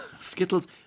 Skittles